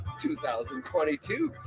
2022